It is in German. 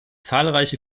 zahlreiche